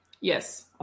yes